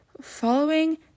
following